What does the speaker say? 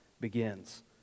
begins